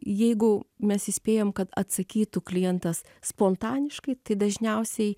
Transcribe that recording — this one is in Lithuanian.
jeigu mes įspėjam kad atsakytų klientas spontaniškai tai dažniausiai